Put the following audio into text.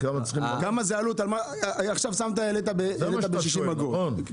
עכשיו העלית ב-60 אגורות,